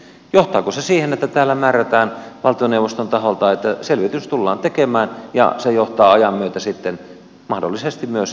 johtaako se siihen että täällä määrätään valtioneuvoston taholta että selvitys tullaan tekemään ja se johtaa ajan myötä sitten mahdollisesti myös pakkoliitospäätökseen